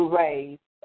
raise